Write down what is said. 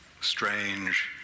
strange